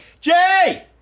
Jay